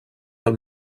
del